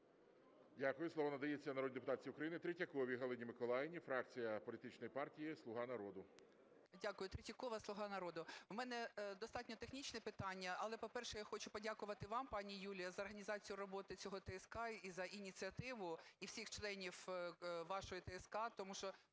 Дякую. Слово надається народній депутатці України Третьяковій Галині Миколаївні, фракція політичної партії "Слуга народу". 11:00:51 ТРЕТЬЯКОВА Г.М. Дякую. Третьякова, "Слуга народу". У мене достатньо технічне питання. Але, по-перше, я хочу подякувати вам, пані Юліє, за організацію роботи цієї ТСК і за ініціативу, і всім членам вашої ТСК, тому що